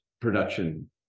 production